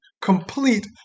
complete